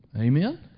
Amen